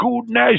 goodness